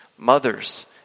Mothers